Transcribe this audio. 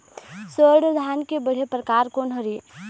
स्वर्णा धान के बढ़िया परकार कोन हर ये?